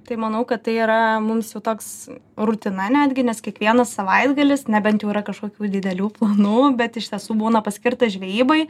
tai manau kad tai yra mums jau toks rutina netgi nes kiekvienas savaitgalis nebent jau yra kažkokių didelių planų bet iš tiesų būna paskirtas žvejybai